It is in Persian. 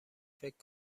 فکر